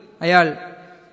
Ayal